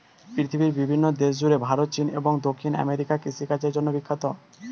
পৃথিবীর বিভিন্ন দেশ জুড়ে ভারত, চীন এবং দক্ষিণ আমেরিকা কৃষিকাজের জন্যে বিখ্যাত